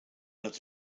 not